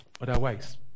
Otherwise